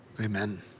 Amen